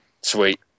Sweet